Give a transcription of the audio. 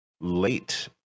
late